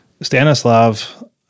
Stanislav